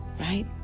right